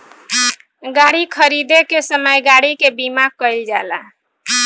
गाड़ी खरीदे के समय गाड़ी के बीमा कईल जाला